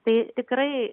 tai tikrai